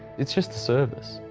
it's just a service.